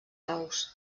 aus